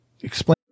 explain